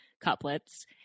couplets